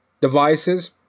devices